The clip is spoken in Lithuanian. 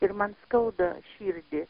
ir man skauda širdį